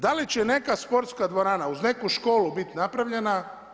Da li će neka sportska dvorana uz neku školu biti napravljena?